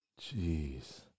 Jeez